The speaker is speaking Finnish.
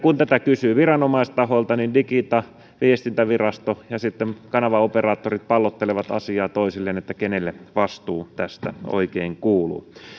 kun tätä kysyy viranomaistahoilta niin digita viestintävirasto ja sitten kanavaoperaattorit pallottelevat asiaa toisilleen kenelle vastuu tästä oikein kuuluu